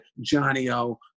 Johnny-O